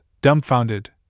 dumbfounded